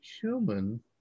human